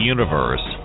Universe